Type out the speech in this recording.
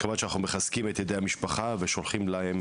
כמובן שאנחנו מחזקים את ידי המשפחה ושולחים להם,